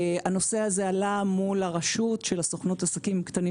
הנושא הזה עלה מול הרשות של הסוכנות לעסקים קטנים